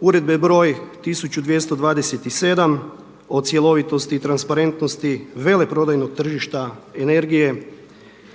uredbe broj 1227 o cjelovitosti i transparentnosti veleprodajnog tržišta energije